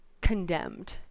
condemned